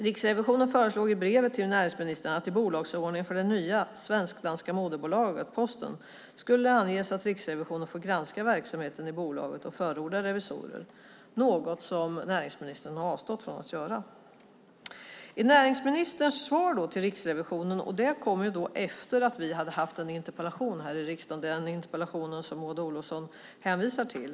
Riksrevisionen föreslog i brevet till näringsministern att det i bolagsordningen för det nya svensk-danska moderbolaget Posten skulle anges att Riksrevisionen får granska verksamheten i bolaget och förorda revisorer. Det är något som näringsministern har avstått från att göra. Näringsministerns svar till Riksrevisionen är daterat den 12 maj 2009 - det kom efter att vi hade haft en interpellationsdebatt här i riksdagen, den interpellationsdebatt som Maud Olofsson hänvisar till.